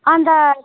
अन्त